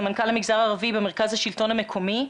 סמנכ"ל המגזר הערבי במרכז השלטון המקומי,